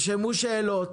תרשמו שאלות,